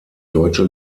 deutsche